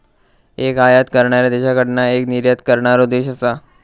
एक आयात करणाऱ्या देशाकडना एक निर्यात करणारो देश असा